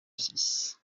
six